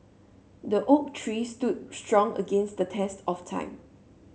the oak tree stood strong against the test of time